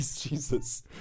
Jesus